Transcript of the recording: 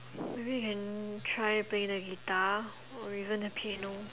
maybe you can try playing a guitar or even a piano